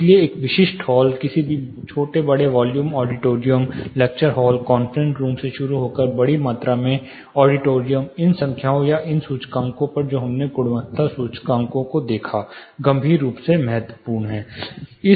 इसलिए एक विशिष्ट हॉल किसी भी छोटे बड़े वॉल्यूम ऑडिटोरियम में लेक्चर हॉल कॉन्फ्रेंस रूम से शुरू होकर बड़ी मात्रा में ऑडिटोरियम इन संख्याओं या इन सूचकांकों पर जो हमने गुणवत्ता सूचकांकों को देखा गंभीर रूप से महत्वपूर्ण हैं